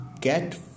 get